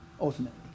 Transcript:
ultimately